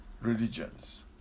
religions